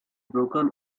broken